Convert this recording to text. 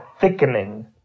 thickening